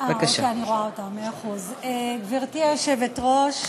גברתי היושבת-ראש,